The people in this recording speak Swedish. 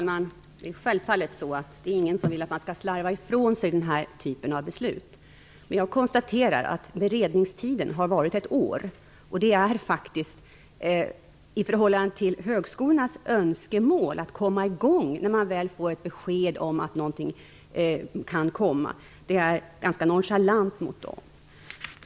Fru talman! Självfallet finns det ingen som vill att man skall slarva med den här typen av beslut, men jag konstaterar att beredningstiden har varit ett år. Det är faktiskt nonchalant mot högskolorna, med tanke på att de har önskemål om att komma igång nu när de väl har fått ett besked om detta.